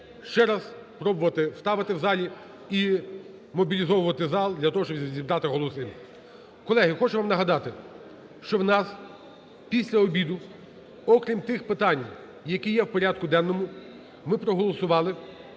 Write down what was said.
ще раз пробувати ставити в залі і мобілізовувати зал для того, щоб зібрати голоси. Колеги, хочу вам нагадати, що у нас після обіду окрім тих питань, які є в порядку денному, ми проголосували,